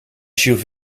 suv